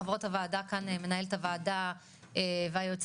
חברות הוועדה כאן מנהלת הוועדה והיועצת